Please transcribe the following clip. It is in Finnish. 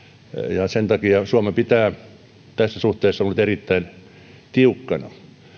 ja sen takia suomen pitää tässä suhteessa olla nyt erittäin tiukkana